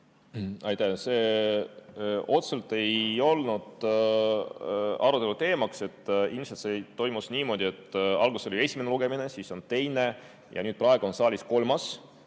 See otseselt ei olnud arutelu teema. Ilmselt see toimus niimoodi, et alguses oli esimene lugemine, siis oli teine ja praegu on saalis kolmas.